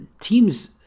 teams